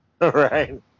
Right